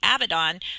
Abaddon